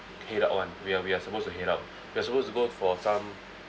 head out [one] we are we are supposed to head out we are supposed to go for some